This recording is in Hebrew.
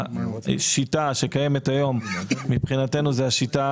השיטה שקיימת היום מבחינתנו זו השיטה